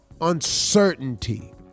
uncertainty